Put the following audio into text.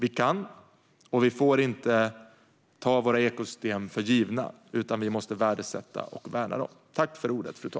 Vi kan och får inte ta våra ekosystem för givna, utan vi måste värdesätta och värna dem.